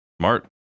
Smart